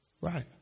Right